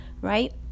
right